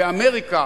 באמריקה,